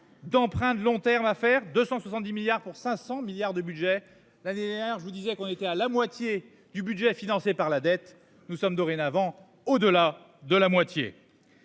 D'emprunt de long terme à faire 270 milliards pour 500 milliards de budget l'année dernière, je vous disais qu'on était à la moitié du budget financé par la dette. Nous sommes dorénavant au-delà de la moitié.--